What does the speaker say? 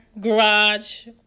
garage